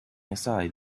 aside